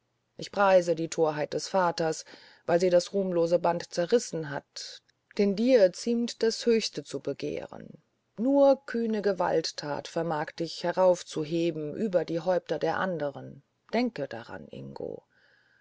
ich preise die torheit des vaters weil sie das ruhmlose band zerrissen hat denn dir ziemt das höchste zu begehren nur kühne gewalttat vermag dich heraufzuheben über die häupter der anderen daran denke ingo